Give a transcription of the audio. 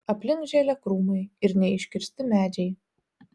aplink žėlė krūmai ir neiškirsti medžiai